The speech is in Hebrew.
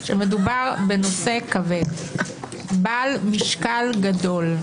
שמדובר בנושא כבד בעל משקל גדול,